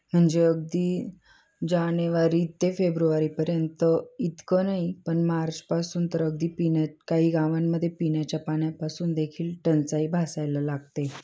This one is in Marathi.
म्हणजे अगदी जानेवारी ते फेब्रुवारीपर्यंत इतकं नाही पण मार्चपासून तर अगदी पिण्या काही गावांमध्ये पिण्याच्या पाण्यापासून देखील टंचाई भासायला लागते